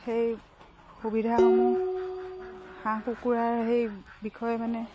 সেই সুবিধাসমূহ হাঁহ কুকুৰাৰ সেই বিষয়ে মানে